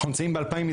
אנחנו נמצאים ב-2022,